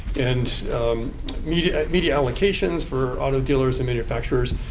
and media media allocations for auto dealers and manufacturers,